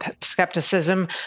skepticism